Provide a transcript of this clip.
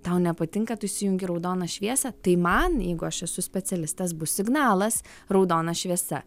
tau nepatinka tu įsijungi raudoną šviesą tai man jeigu aš esu specialistas bus signalas raudona šviesa